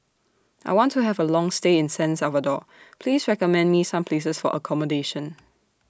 I want to Have A Long stay in San Salvador Please recommend Me Some Places For accommodation